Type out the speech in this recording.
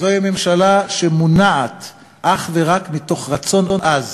זוהי ממשלה שמונעת אך ורק מרצון עז